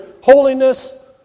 holiness